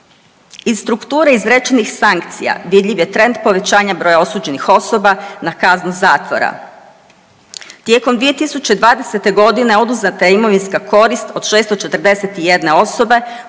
Iz strukture izrečenih sankcija, vidljiv je trend povećanja broja osuđenih osoba na kaznu zatvora. Tijekom 2020. g. oduzeta je imovinska korist od 641 osobe,